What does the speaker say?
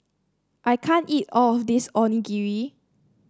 I can't eat all of this Onigiri